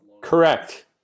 correct